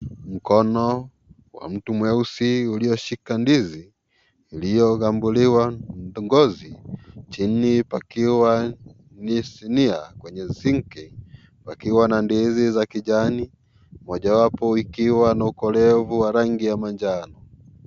Mkono wa mtu mweusi uliyoshika ndizi iliyo ngozi ,chini pakiwa ni sinia kwenye sinki pakiwa na ndizi za kijani , mojawapo ikiwa na ukolevu wa rangi ya manjano.